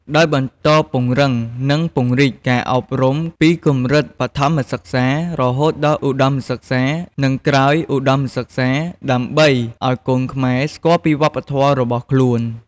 ដោយបន្តពង្រឹង និងពង្រីកការអប់រំពីកម្រិតបឋមសិក្សា រហូតដល់ឧត្តមសិក្សា និងក្រោយឧត្តមសិក្សា ដើម្បីឲ្យកូនខ្មែរស្គាល់ពីវប្បធម៌របស់ខ្លួន។